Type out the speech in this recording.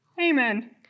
Amen